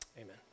Amen